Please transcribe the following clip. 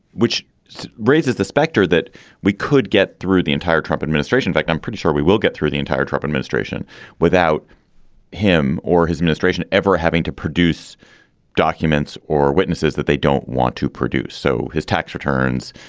which raises the specter that we could get through the entire trump administration fact. i'm pretty sure we will get through the entire trump administration without him or his administration ever having to produce documents or witnesses that they don't want to produce. so his tax returns,